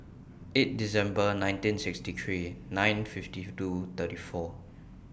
eight December nineteen sixty three nine fifty two thirty four